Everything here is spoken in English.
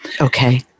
Okay